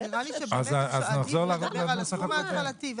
אז נראה לי שבאמת עדיף לדבר על הסכום ההתחלתי.